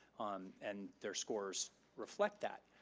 um and their scores reflect that,